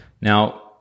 Now